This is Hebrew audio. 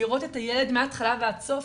לראות את הילד מהתחלה ועד הסוף,